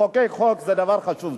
לחוקק חוק זה דבר חשוב.